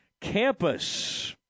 Campus